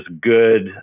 good